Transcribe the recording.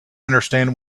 understand